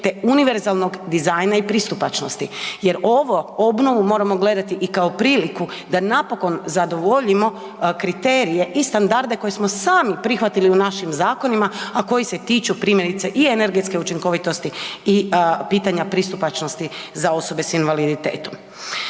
te univerzalnog dizajna i pristupačnosti jer ovo, obnovu moramo gledati i kao priliku da napokon zadovoljimo kriterije i standarde koje smo sami prihvatili u našim zakonima, a koji se tiču primjerice i energetske učinkovitosti i pitanja pristupačnosti za osobe s invaliditetom.